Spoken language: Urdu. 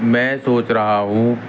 میں سوچ رہا ہوں